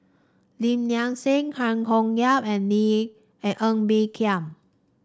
Lim Nang Seng Cheang Hong and Nee and Ng Bee Kia